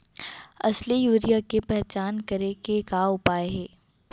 असली यूरिया के पहचान करे के का उपाय हे?